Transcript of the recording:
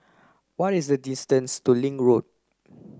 what is the distance to Link Road